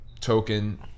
token